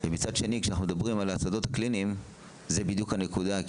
מצד שני כשאנחנו מדברים על שדות קליניים זאת בדיוק הנקודה.